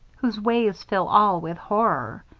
whose ways fill all with horror.